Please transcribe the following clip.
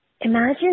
Imagine